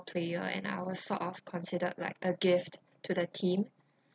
player and I was sort of considered like a gift to the team